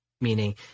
Meaning